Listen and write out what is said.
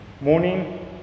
morning